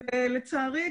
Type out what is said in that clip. לצערי,